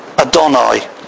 Adonai